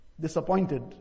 disappointed